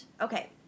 Okay